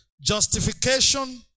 justification